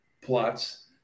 plots